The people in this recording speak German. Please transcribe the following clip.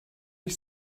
ich